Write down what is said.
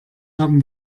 haben